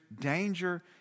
danger